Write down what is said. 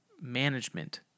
management